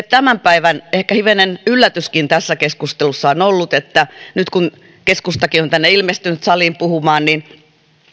tämän päivän ehkä hivenen yllätyskin tässä keskustelussa on ollut että nyt kun keskustakin on tänne ilmestynyt saliin puhumaan niin